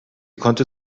konnte